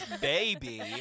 baby